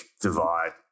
divide